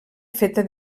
feta